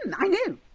and i know!